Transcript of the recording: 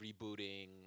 rebooting